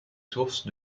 sources